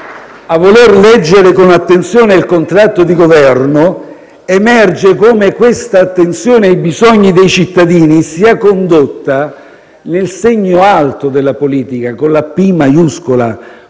A voler leggere con attenzione il contratto di Governo, emerge come l'attenzione ai bisogni dei cittadini sia condotta nel segno alto della politica con la «P» maiuscola,